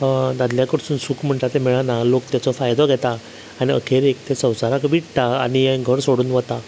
दादल्या कडसून सूख म्हणटा तें मेळना लोक तेचो फायदो घेता आनी अखेरेक ते संवसाराक विट्टा आनी हें घर सोडून वता